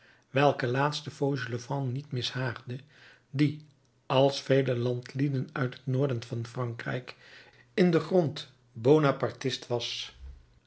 welk laatste fauchelevent niet mishaagde die als vele landlieden uit het noorden van frankrijk in den grond bonapartist was